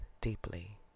deeply